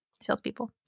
Salespeople